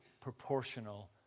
proportional